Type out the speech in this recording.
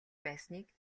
байсныг